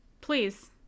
please